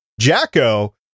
Jacko